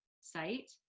site